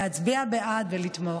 להצביע בעד ולתמוך.